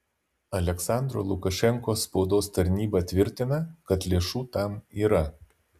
aliaksandro lukašenkos spaudos tarnyba tvirtina kad lėšų tam yra